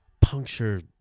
puncture